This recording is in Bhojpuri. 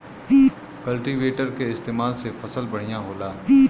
कल्टीवेटर के इस्तेमाल से फसल बढ़िया होला